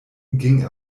ging